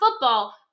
football